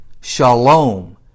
shalom